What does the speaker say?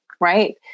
right